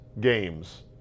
games